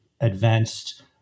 advanced